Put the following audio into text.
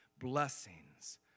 blessings